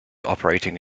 operating